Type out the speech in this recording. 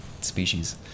species